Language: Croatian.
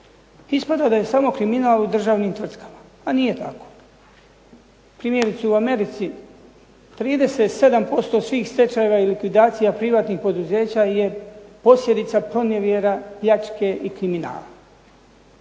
Ispada da je samo kriminal u državnim tvrtkama, a nije tako. Primjerice u Americi 37% svih stečajeva i likvidacija privatnih poduzeća je posljedica pronevjera pljačke i kriminala,